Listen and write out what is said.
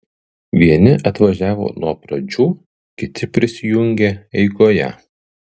vieni atvažiavo nuo pradžių kiti prisijungė eigoje